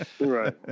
right